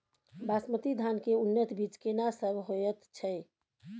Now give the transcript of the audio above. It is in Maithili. बासमती धान के उन्नत बीज केना सब होयत छै?